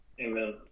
amen